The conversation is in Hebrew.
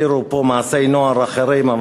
הזכירו פה מעשי נוער אחרים,